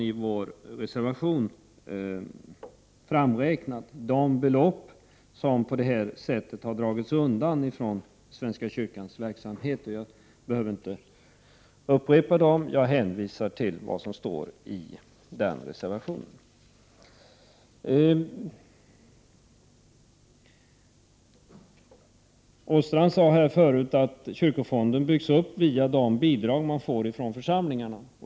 I vår reservation har vi räknat ut vilka belopp som på detta sätt har undandragits svenska kyrkans verksamhet. Jag behöver inte läsa upp vad som står utan hänvisar till reservationen. Åstrand sade förut att kyrkofonden byggs upp via de bidrag som kommer från församlingarna.